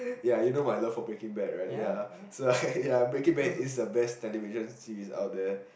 ya you know my love for Breaking Bad right ya so ya Breaking Bad is the best television series out there